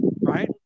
Right